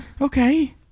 Okay